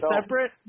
separate